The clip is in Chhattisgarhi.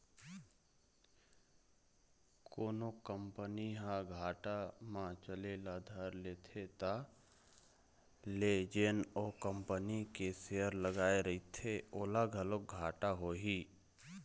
कोनो कंपनी ह घाटा म चले ल धर लेथे त ले जेन ओ कंपनी के सेयर लगाए रहिथे ओला घलोक घाटा होही